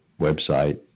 website